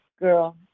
girl